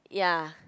ya